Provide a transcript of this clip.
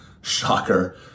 Shocker